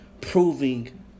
proving